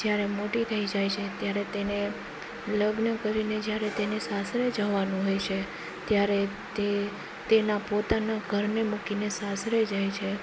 જ્યારે મોટી થઈ જાય છે ત્યારે તેને લગ્ન કરીને જ્યારે તેને સાસરે જવાનું હોય છે ત્યારે તે તેના પોતાના ઘરને મૂકીને સાસરે જાય છે